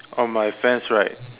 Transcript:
on my fence right